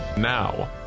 Now